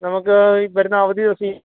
നമുക്ക് ഈ പെരുന്നാൾ അവധി ദിവസം